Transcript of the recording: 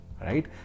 right